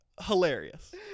hilarious